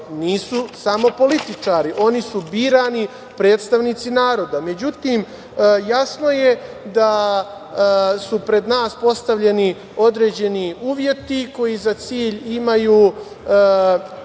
nisu samo političari, oni su birani predstavnici naroda. Međutim, jasno je da su pred nas postavljeni određeni uvjeti koji za cilj imaju